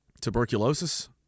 tuberculosis